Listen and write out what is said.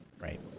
right